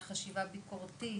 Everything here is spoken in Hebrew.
חשיבה ביקורתית,